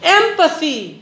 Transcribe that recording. empathy